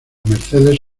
mercedes